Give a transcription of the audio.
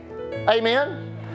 Amen